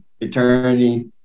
eternity